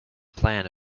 plan